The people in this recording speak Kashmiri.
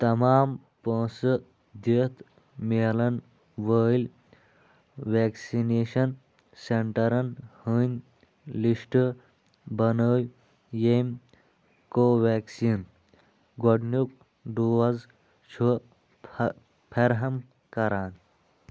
تمام پونٛسہٕ دِتھ میلَن وٲلۍ ویکسِنیشن سینٹرن ہٕنٛدۍ لِسٹ بنٲوۍ ییٚمۍ کو وٮ۪کسیٖن گۄڈٕنیُک ڈوز چھُ فہ فرہَم کران